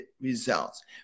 results